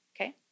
okay